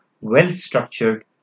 well-structured